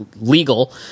legal